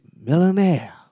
millionaire